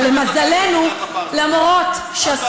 אבל למזלנו, את, מדינת אפרטהייד, את והמפלגה שלך.